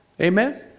Amen